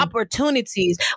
Opportunities